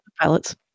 pilots